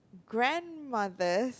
grandmother